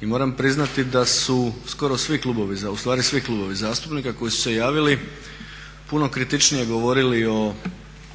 I moram priznati da su skoro svi klubovi, ustvari svi klubovi zastupnika koji su se javili puno kritičnije govorili o